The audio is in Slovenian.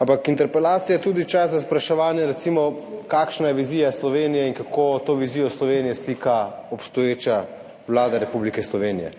Ampak interpelacija je tudi čas za spraševanje, recimo, kakšna je vizija Slovenije in kako to vizijo Slovenije slika obstoječa vlada Republike Slovenije.